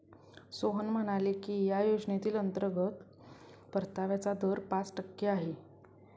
सोहन म्हणाले की या योजनेतील अंतर्गत परताव्याचा दर पाच टक्के आहे